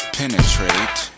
penetrate